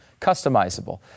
Customizable